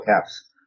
caps